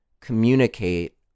communicate